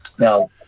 Now